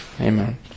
Amen